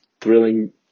thrilling